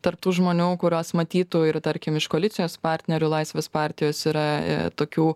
tarp tų žmonių kuriuos matytų ir tarkim iš koalicijos partnerių laisvės partijos yra tokių